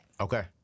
Okay